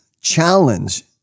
challenge